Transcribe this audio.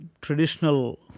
traditional